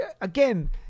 again